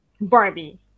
Barbie